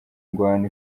ingwano